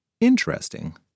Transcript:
interesting